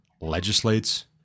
legislates